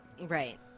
Right